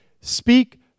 Speak